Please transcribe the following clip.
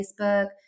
Facebook